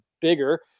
bigger